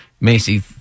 Macy